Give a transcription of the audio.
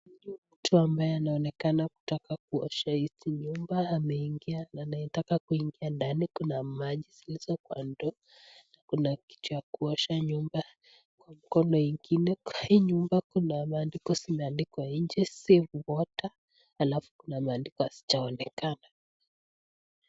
Huyu mtu ambaye anaonekana kutaka kuosha hizi nyumba, ameingia, anataka kuingia, kuna maji zilizo kwa ndoo kuna kitu ya kuosha nyumba kwa mkono ingine. Hii nyumba kuna maandiko imeandikwa safe water alafu kuna maandiko hazijaonekana.